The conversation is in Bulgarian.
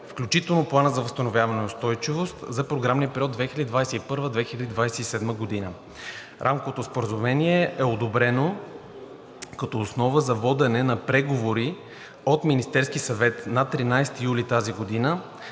включително Плана за възстановяване и устойчивост, за програмен период 2021 – 2027 г. Рамковото споразумение е одобрено като основа за водене на преговори от Министерския съвет на 13 юли тази година.